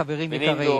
חברים יקרים,